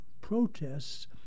protests